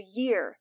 year